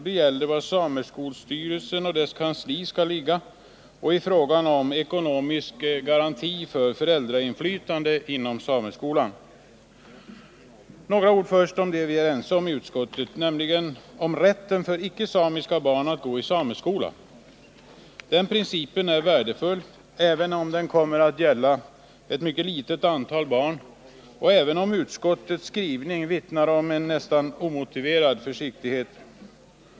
De gäller var sameskolstyrelsen och dess kansli skall ligga och frågan om ekonomisk garanti för föräldrainflytandet inom sameskolan. Först några ord om det som vi är ense om i utskottet, nämligen om rätten för icke-samiska barn att gå i sameskola. Den principen är värdefull, även om den kommer att gälla ett mycket litet antal barn och även om utskottets skrivning vittnar om en nästan omotiverad försiktighet.